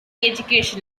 education